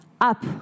Up